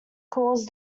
cause